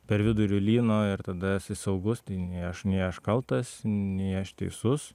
per viduriu lyno ir tada esi saugus nei aš nei aš kaltas nei aš teisus